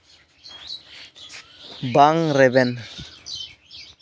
ᱵᱟᱝ ᱨᱮᱵᱮᱱ